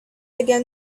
again